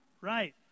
right